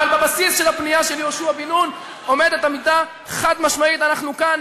אבל בבסיס של הפנייה של יהושע בן נון עומדת עמידה חד-משמעית: אנחנו כאן,